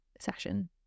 session